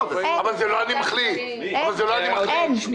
לא אמרתם לאף אחד מאיתנו: דעו שזאת תמונת המצב,